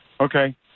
Okay